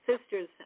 sister's